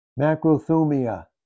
Macrothumia